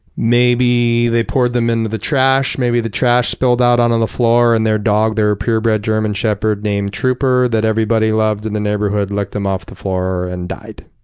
maybe they poured them into the the trash, maybe the trash spilled out onto the floor, and their dog, their purebred german shepherd named trooper that everybody loved in the neighborhood licked them off the floor and died.